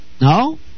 No